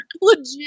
Legit